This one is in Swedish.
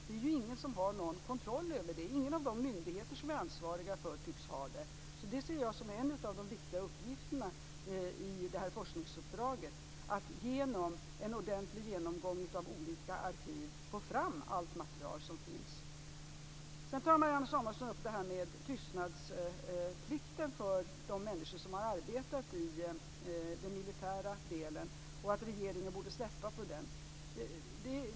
Det är ju ingen som har någon kontroll över det. Ingen av de myndigheter som är ansvariga tycks ha det. Att genom en ordentlig genomgång av olika arkiv få fram allt material som finns ser jag som en av de viktiga uppgifterna i forskningsuppdraget. Marianne Samuelsson tar upp tystnadsplikten för de människor som har arbetat med den militära delen och säger att regeringen borde släppa på den.